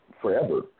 forever